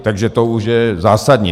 Takže to už je zásadní.